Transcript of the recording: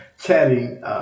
chatting